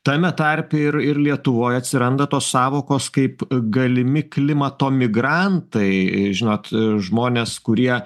tame tarpe ir ir lietuvoj atsiranda tos sąvokos kaip galimi klimato migrantai žinot žmonės kurie